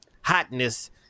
hotness